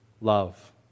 Love